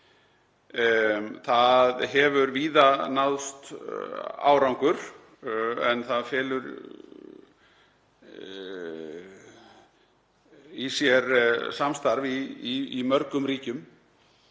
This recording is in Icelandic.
Það hefur víða náðst árangur en það felur í sér samstarf í mörgum ríkjum